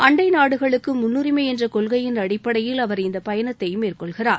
அன்டை நாடுகளுக்கு முன்னுரிமை என்ற கொள்கையின் அடிப்படையில் அவர் இந்த பயணத்தை மேற்கொள்கிறார்